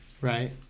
right